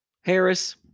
Harris